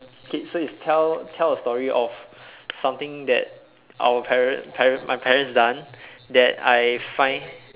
okay so it's tell tell a story of something that our parent parent my parents done that I find